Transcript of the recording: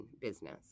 business